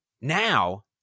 now